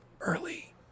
early